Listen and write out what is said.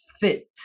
fit